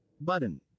button